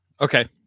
Okay